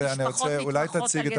תציג את